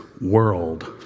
world